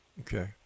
Okay